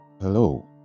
Hello